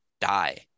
die